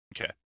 Okay